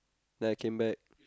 then I came back